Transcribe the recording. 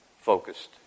focused